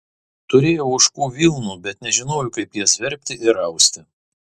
turėjau ožkų vilnų bet nežinojau kaip jas verpti ir austi